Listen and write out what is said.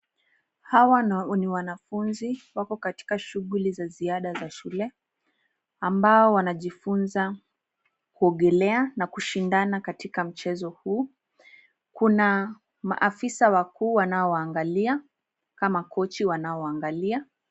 Hawa ni wanafunzi wako katika shughuli za ziada za shule ambao wanajifunza kuogelea na kushindana katika mchezo huu. Kuna maafisa wakuu wanaowaangalia kama kochi wanaowaangalia.